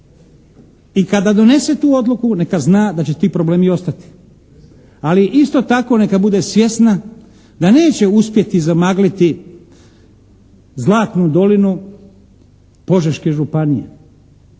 i kada donese tu odluku neka zna da će ti problemi ostati. Ali isto tako neka bude svjesna da neće uspjeti zamagliti zlatnu dolinu Požeške županije.